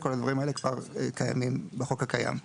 כל הדברים האלה כבר קיימים בחוק הקיים.